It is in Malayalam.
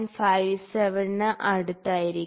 57 ന് അടുത്തായിരിക്കും